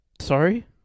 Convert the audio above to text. Sorry